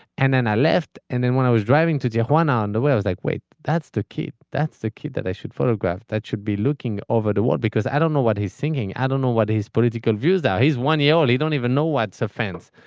and then i left. and then when i was driving to the one on the way i was like wait that's the key. that's the kid that i should photograph. that should be looking over the wall because i don't know what he's thinking. i don't know what his political views that he's one year old he don't even know what's a fence.